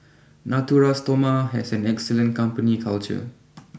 Natura Stoma has an excellent company culture